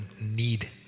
need